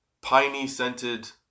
piney-scented